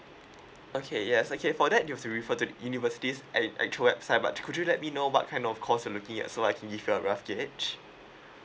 okay yes okay for that you've to refer to universities act~ act~ actual website but could you let me know what kind of course you're looking at so I can give you a rough gauge